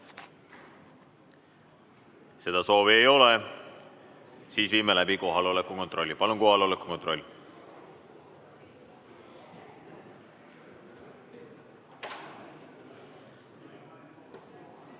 Seda soovi ei ole. Siis viime läbi kohaloleku kontrolli. Palun kohaloleku kontroll!